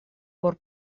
por